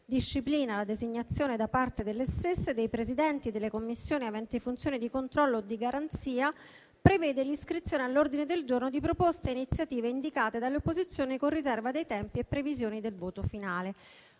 disciplina la designazione da parte delle stesse dei presidenti delle Commissioni aventi funzioni di controllo o di garanzia. Prevede l'iscrizione all'ordine del giorno di proposte e iniziative indicate dalle opposizioni con riserva di tempi e previsione del voto finale."».